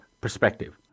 perspective